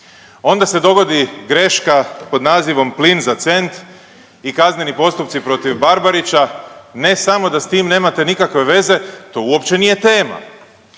Onda se dogodi greška pod nazivom „Plin za cent“ i kazneni postupci protiv Barbarića, ne samo da s tim nemate nikakve veze, to uopće nije tema.